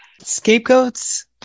Scapegoats